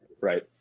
right